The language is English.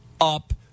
up